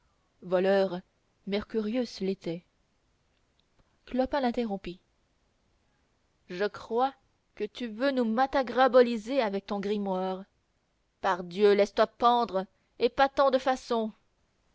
voleur mercurius l'était clopin l'interrompit je crois que tu veux nous matagraboliser avec ton grimoire pardieu laisse-toi pendre et pas tant de façons